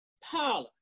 Paula